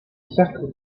cercle